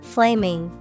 Flaming